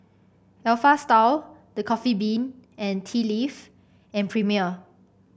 Alpha Style The Coffee Bean and Tea Leaf and Premier